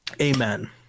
Amen